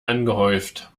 angehäuft